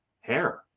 hair